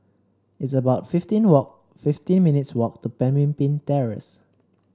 it's about fifteen walk fifteen minutes' walk to Pemimpin Terrace